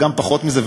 אבל גם לא פחות מזה,